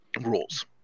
rules